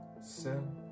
sin